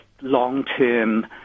long-term